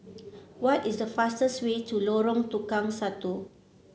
what is the fastest way to Lorong Tukang Satu